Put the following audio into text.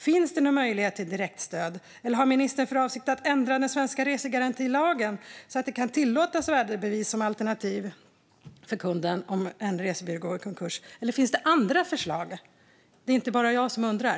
Finns det någon möjlighet till direktstöd, eller har ministern för avsikt att ändra den svenska resegarantilagen, så att det blir tillåtet med värdebevis som alternativ för kunden om en resebyrå går i konkurs? Eller finns det andra förslag? Det är inte bara jag som undrar.